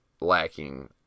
lacking